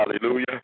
Hallelujah